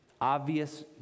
Obvious